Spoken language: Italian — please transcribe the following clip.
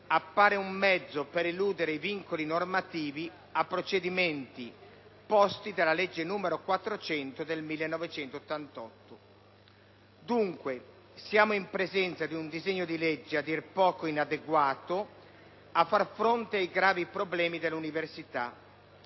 appare un mezzo per eludere i vincoli normativi e procedimentali posti dalla legge n. 400 del 1988. Siamo dunque in presenza di un disegno di legge a dir poco inadeguato a far fronte ai gravi problemi dell'università,